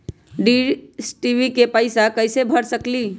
Dish TV के पैईसा कईसे भर सकली?